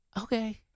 Okay